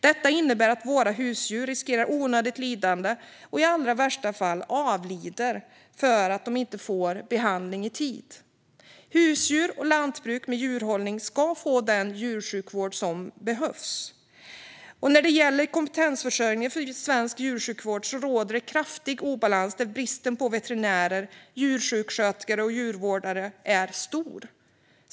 Detta innebär att våra husdjur riskerar onödigt lidande och i allra värsta fall avlider därför att de inte får behandling i tid. Husdjur och lantbruk med djurhållning ska få den djursjukvård som behövs. När det gäller kompetensförsörjningen för svensk djursjukvård råder en kraftig obalans där bristen på veterinärer, djursjukskötare och djurvårdare är stor.